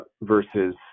versus